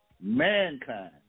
mankind